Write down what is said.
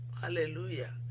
Hallelujah